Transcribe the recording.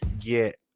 get